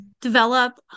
develop